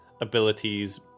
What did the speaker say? abilities